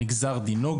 גם נגזר דינו,